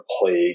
plague